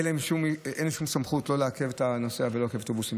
אין שום סמכות לא לעכב את הנוסע ולא את האוטובוס.